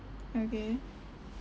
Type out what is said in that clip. okay